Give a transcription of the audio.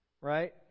Right